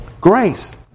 Grace